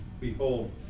Behold